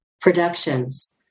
Productions